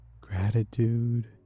gratitude